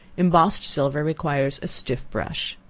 embossed silver requires a stiff brush.